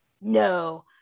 No